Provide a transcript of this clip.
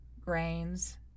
grains